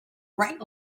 right